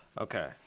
Okay